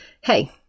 Hey